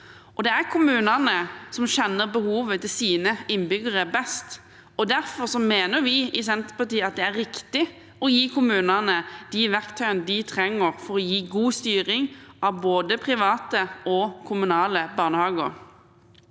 Det er kommunene som kjenner behovet til innbyggerne sine best, og derfor mener vi i Senterpartiet at det er riktig å gi kommunene de verktøyene de trenger, for å gi en god styring av både private og kommunale barnehager.